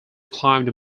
climbed